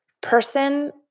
person